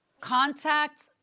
contact